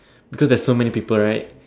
because there's so many people right